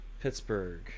Pittsburgh